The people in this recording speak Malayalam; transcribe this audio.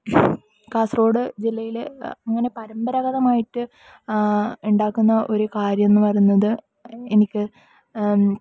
കാസർഗോഡ് ജില്ലയില് അങ്ങനെ പാരമ്പരാഗതമായിട്ട് ഉണ്ടാക്കുന്ന ഒരു കാര്യം എന്നുപറയുന്നത് എനിക്ക്